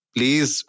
Please